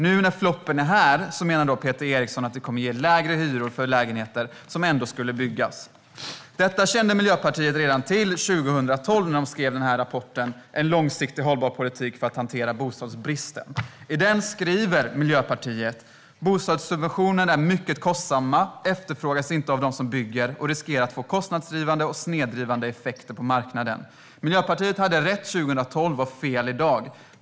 Nu, när floppen är ett faktum, menar dock Peter Eriksson att det kommer att ge lägre hyror för lägenheter som ändå skulle byggas. Detta kände Miljöpartiet till redan 2012, när man skrev en rapport om en långsiktigt hållbar politik för att hantera bostadsbristen. I den skriver Miljöpartiet att bostadssubventionerna är "mycket kostsamma, efterfrågas inte av dem som bygger och riskerar att få kostnadsdrivande och snedvridande effekter på marknaden." Miljöpartiet hade rätt 2012 och fel i dag.